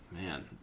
man